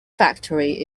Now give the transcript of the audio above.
factory